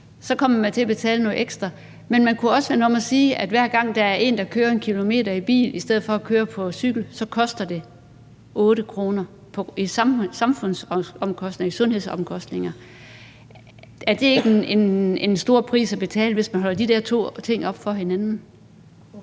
kommer man til at betale noget ekstra. Men man kunne også vende det om og sige, at hver gang der er en, der kører 1 km i bil i stedet for at køre på cykel, koster det 8 kr. i samfundsomkostninger og sundhedsomkostninger. Er det ikke en stor pris at betale, hvis man holder de to ting op imod hinanden? Kl.